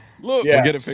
look